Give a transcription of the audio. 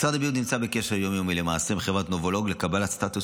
משרד הבריאות נמצא בקשר יום-יומי למעשה עם חברת נובולוג לקבלת סטטוס